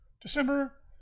December